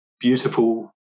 beautiful